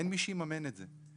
אין מי שיממן את זה.